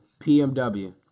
PMW